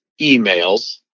emails